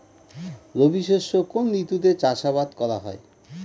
রবি শস্য কোন ঋতুতে চাষাবাদ করা হয়?